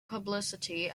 publicity